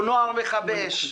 או "נוער מכבי אש".